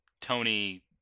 Tony